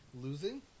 Losing